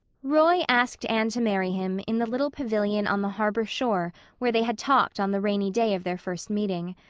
roy asked anne to marry him in the little pavilion on the harbor shore where they had talked on the rainy day of their first meeting.